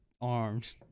armed